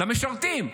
למשרתים.